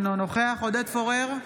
אינו נוכח עודד פורר,